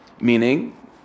Meaning